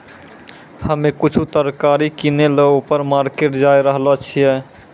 हम्मे कुछु तरकारी किनै ल ऊपर मार्केट जाय रहलो छियै